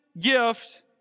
gift